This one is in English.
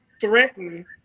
threaten